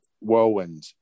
whirlwind